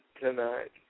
tonight